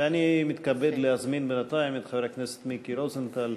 אני מתכבד להזמין בינתיים את חבר הכנסת מיקי רוזנטל